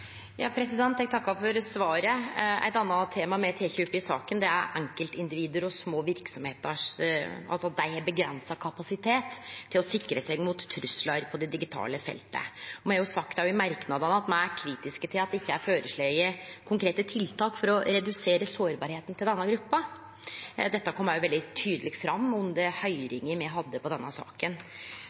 Eg takkar for svaret. Eit anna tema me tek opp i saka, er at enkeltindivid og små verksemder har avgrensa kapasitet til å sikre seg mot truslar på det digitale feltet. Me har òg sagt i merknadene at me er kritiske til at det ikkje er føreslege konkrete tiltak for å redusere sårbarheita til denne gruppa. Dette kom òg veldig tydeleg fram under høyringa me hadde om denne saka.